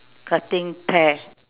cutting pear